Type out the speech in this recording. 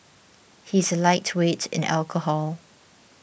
he is a lightweight in alcohol